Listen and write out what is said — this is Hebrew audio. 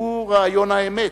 הוא רעיון האמת,